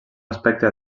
aspecte